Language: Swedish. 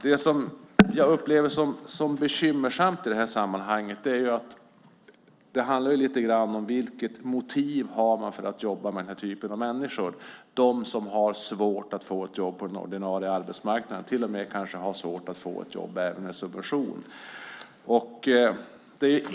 Det jag upplever som bekymmersamt i det här sammanhanget är att det handlar lite grann om vilket motiv man har för att jobba med den här typen av människor - de som har svårt att få ett jobb på den ordinarie arbetsmarknaden och till och med kanske har svårt att få ett jobb även med subvention.